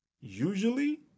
Usually